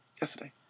Yesterday